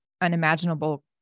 unimaginable